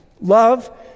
Love